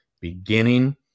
beginning